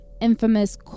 infamous